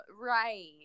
right